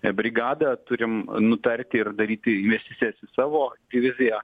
brigadą turim nutarti ir daryti investicijas į savo diviziją